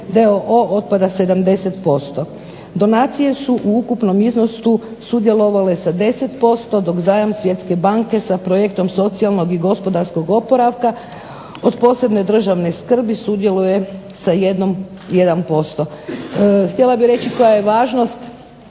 d.o.o. otpada 70%. Donacije su u ukupnom iznosu sudjelovale sa 10%, dok zajam Svjetske banke sa projektom socijalnog i gospodarskog oporavka od posebne državne skrbi sudjeluje sa 1%. Htjela bih reći koja je važnost